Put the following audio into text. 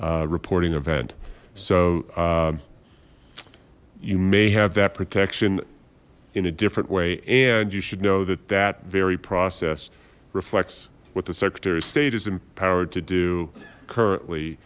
reporting event so you may have that protection in a different way and you should know that that very process reflects what the secretary of state is empowered to do currently